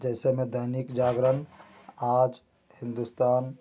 जैसे मैं दैनिक जागरण आज हिंदुस्तान